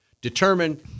determine